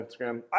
Instagram